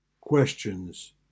Questions